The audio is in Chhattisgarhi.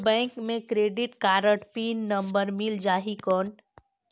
मोर बैंक मे क्रेडिट कारड पिन नंबर मिल जाहि कौन?